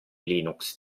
linux